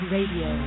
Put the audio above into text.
Radio